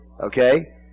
Okay